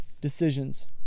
decisions